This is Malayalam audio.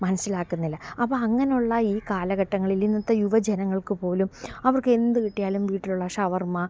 മനസിലാക്കുന്നില്ല അപ്പോള് അങ്ങനുള്ള ഈ കാലഘട്ടങ്ങളിലിന്നത്തെ യുവജനങ്ങൾക്ക് പോലും അവർക്കെന്ത് കിട്ടിയാലും വീട്ടിലുള്ള ഷവർമ്മ